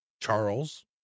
charles